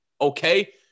Okay